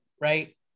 right